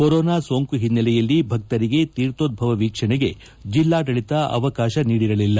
corona ಸೋಂಕು ಹಿನ್ನೆಲೆಯಲ್ಲಿ ಭಕ್ತರಿಗೆ ತೀರ್ಥೋದ್ಬವ ವೀಕ್ಷಣೆಗೆ ಜಿಲ್ಲಾದಳಿತ ಅವಕಾಶ ನೀಡಿರಲಿಲ್ಲ